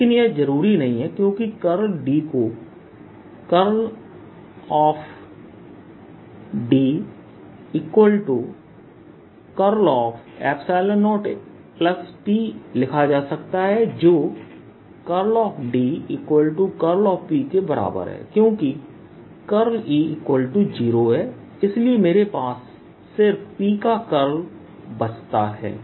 लेकिन यह जरूरी नहीं है क्योंकि Curl D को D0EP लिखा जा सकता है जो D Pके बराबर है क्योंकि E0 है इसलिए मेरे पास सिर्फ P का कर्ल बचता है